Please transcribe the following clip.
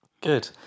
Good